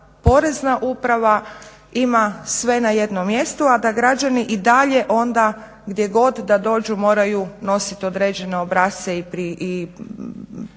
Porezna uprava ima sve na jednom mjestu, a da građani i dalje onda gdje god da dođu moraju nosit određene obrasce i priloge